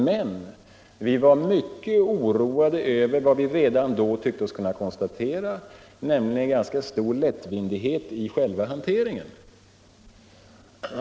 Men vi var mycket oroade över vad vi redan då tyckte oss kunna konstatera, nämligen en ganska stor lättvindighet i själva hanteringen.